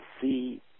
see